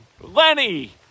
Lenny